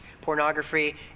pornography